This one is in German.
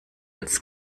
als